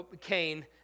Cain